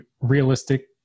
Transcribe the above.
realistic